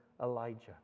Elijah